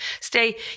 stay